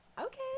Okay